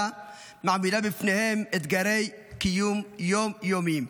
מעמידה בפניהם אתגרי קיום יום-יומיים.